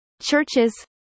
Churches